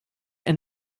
and